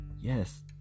Yes